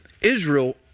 Israel